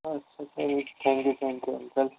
अच्छा त thank you thank you uncle